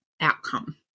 outcome